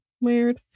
weird